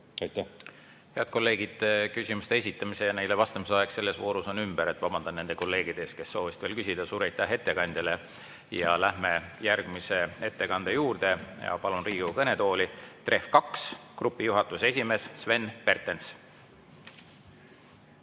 Head kolleegid! Küsimuste esitamise ja neile vastamise aeg selles voorus on ümber. Vabandan nende kolleegide ees, kes soovisid veel küsida. Suur aitäh ettekandjale! Läheme järgmise ettekande juurde. Palun Riigikogu kõnetooli, TREV-2 Grupi juhatuse esimees Sven Pertens!